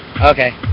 Okay